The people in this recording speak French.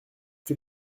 que